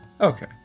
Okay